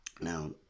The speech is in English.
Now